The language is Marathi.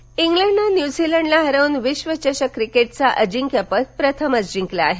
क्रिकेट इंग्लंडन न्यूझीलंडला हरवून विश्व चषक क्रिकेटचं अजिंक्यपद प्रथमच जिंकलं आहे